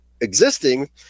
existing